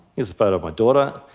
is a photo of my daughter.